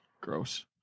Gross